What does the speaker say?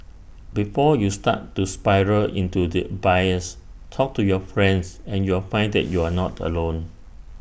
before you start to spiral into the abyss talk to your friends and you'll find that you are not alone